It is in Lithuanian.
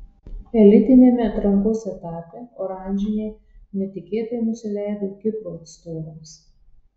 elitiniame atrankos etape oranžiniai netikėtai nusileido kipro atstovams